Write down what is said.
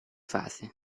fase